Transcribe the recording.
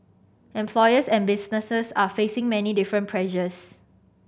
employers and businesses are facing many different pressures